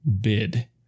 bid